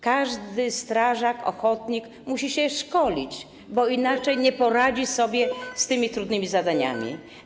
Każdy strażak ochotnik musi się szkolić, bo inaczej nie poradzi sobie z tymi trudnymi zadaniami.